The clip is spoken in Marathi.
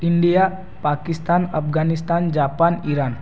India Pakistan Afghanistan Japan Iran